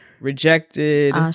rejected